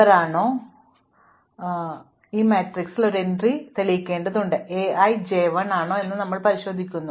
നിങ്ങൾക്ക് അറിയണമെങ്കിൽ vertex J vertex വശത്തിന്റെ അയൽവാസിയാണോ ഞങ്ങൾ മാട്രിക്സിൽ ഒരു എൻട്രികൾ തെളിയിക്കേണ്ടതുണ്ട് A i j 1 ആണോ എന്ന് ഞങ്ങൾ പരിശോധിക്കുന്നു